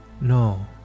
No